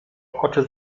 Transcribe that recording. oczy